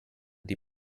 die